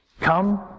come